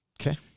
Okay